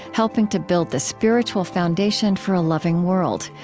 helping to build the spiritual foundation for a loving world.